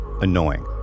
annoying